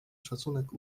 szacunek